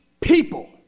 people